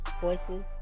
voices